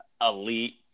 elite